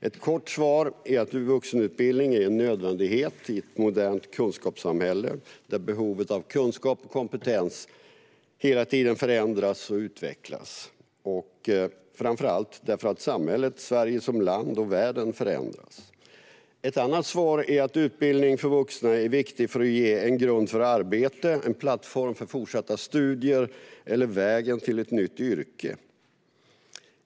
Ett kort svar är att vuxenutbildning är en nödvändighet i ett modernt kunskapssamhälle där behovet av kunskap och kompetens hela tiden förändras och utvecklas, framför allt därför att samhället, Sverige som land och världen förändras. Ett annat svar är att utbildning för vuxna är viktig för att ge en grund för arbete, en plattform för fortsatta studier eller vägen till ett nytt yrke.